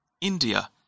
India